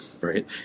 right